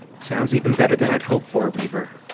sounds even better than i'd hoped for, weaver!